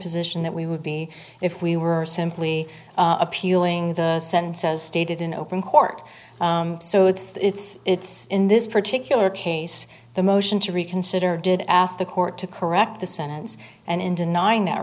position that we would be if we were simply appealing the sense says stated in open court so it's it's in this particular case the motion to reconsider did ask the court to correct the sentence and in denying that